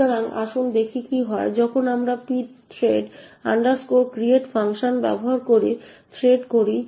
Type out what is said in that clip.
সুতরাং আসুন দেখি কি হয় যখন আমরা pthread create ফাংশন ব্যবহার করে থ্রেড তৈরি করি